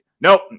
nope